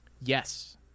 yes